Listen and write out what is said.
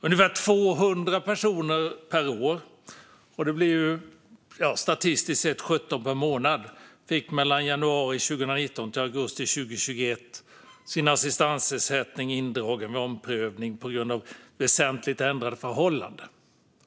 Ungefär 200 personer per år - det blir statistiskt sett 17 per månad - fick mellan januari 2019 och augusti 2021 sin assistansersättning indragen vid omprövning på grund av väsentligt ändrade förhållanden.